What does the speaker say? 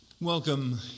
Welcome